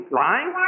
lying